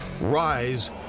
rise